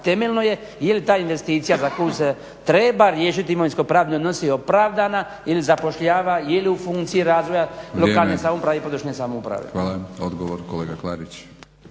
Temeljno je li ta investicija za koju se treba riješiti imovinsko pravni odnosi opravdana ili zapošljava, je li u funkciji razvoja lokalne samouprave i područne samouprave. **Batinić, Milorad